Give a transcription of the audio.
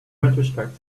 retrospect